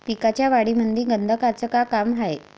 पिकाच्या वाढीमंदी गंधकाचं का काम हाये?